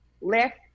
left